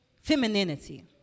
femininity